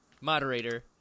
moderator